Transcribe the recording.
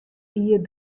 jier